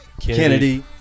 Kennedy